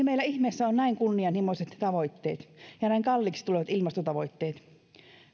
meillä on näin kunnianhimoiset ja näin kalliiksi tulevat ilmastotavoitteet